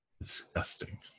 Disgusting